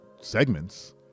segments